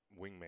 wingman